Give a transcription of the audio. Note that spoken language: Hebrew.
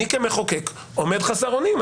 אני כמחוקק עומד חסר אונים.